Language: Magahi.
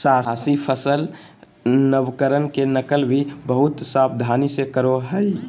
साहसी सफल नवकरण के नकल भी बहुत सावधानी से करो हइ